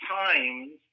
times